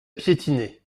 piétiner